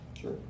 Sure